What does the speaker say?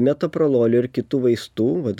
metoprololio ir kitų vaistų vat